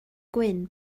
gwyn